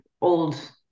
old